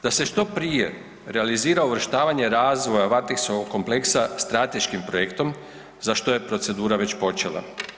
Da se što prije realizira uvrštavanje razvoja Varteksovog kompleksa strateškim projektom za što je procedura već počela.